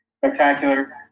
Spectacular